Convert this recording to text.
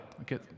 Okay